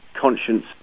conscience